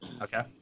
Okay